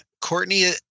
Courtney